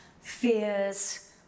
fears